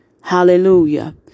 Hallelujah